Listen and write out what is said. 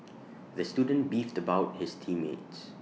the student beefed about his team mates